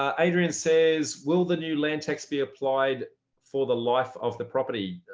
um adrian says, will the new land tax be applied for the life of the property?